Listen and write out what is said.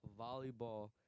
volleyball